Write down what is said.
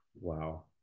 Wow